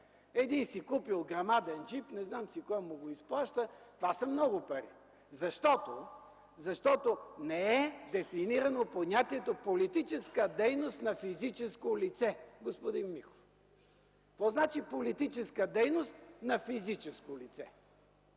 Един си купил грамаден джип, не знам си кой му го изплаща..., това са много пари. Защото не е дефинирано понятието „политическа дейност на физическо лице”, господин Миков. Какво значи политическа дейност на физическо лице?